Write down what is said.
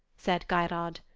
said geirrod.